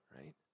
right